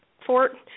fort